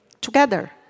together